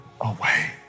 away